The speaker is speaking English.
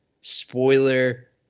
spoiler